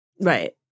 Right